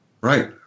Right